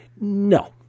No